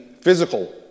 physical